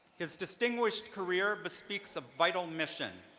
his distinguished career bespeaks a vital mission,